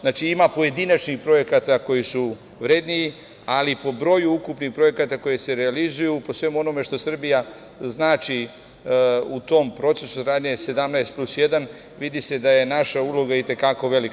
Znači, ima pojedinačnih projekata koji su vredniji, ali po broju ukupnih projekata koji se realizuju, po svemu onome što Srbija znači u tom procesu saradnje „17 plus 1“, vidi se da je naša uloga i te kako velika.